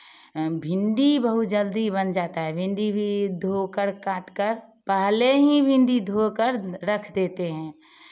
भिंडी बहुत जल्दी बन जाता है भिंडी भी धो कर काट कर पहले ही भिंडी धो कर रख देते हैं